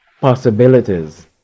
possibilities